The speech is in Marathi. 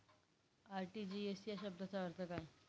आर.टी.जी.एस या शब्दाचा अर्थ काय?